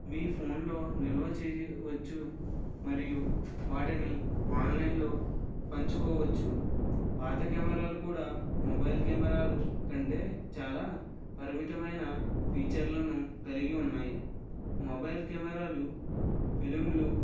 మీ ఫోన్లో నిల్వ చేయవచ్చు మరియు వాటిని ఆన్లైన్లో పంచుకోవచ్చు పాత కెమెరాలు కూడా మొబైల్ కెమెరాలు కంటే చాలా పరిమితమైన ఫీచర్లను కలిగి ఉన్నాయి మొబైల్ కెమెరాలు ఫిలింలు